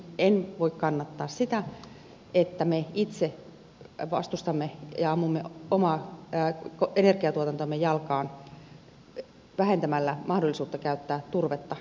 en voi kannattaa sitä että me itse vastustamme ja ammumme omaa energiatuotantoamme jalkaan vähentämällä mahdollisuutta käyttää turvetta tukipolttoaineena